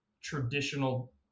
traditional